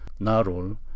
Narol